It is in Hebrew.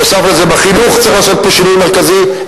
נוסף על זה, צריך לעשות פה שינוי מרכזי בחינוך.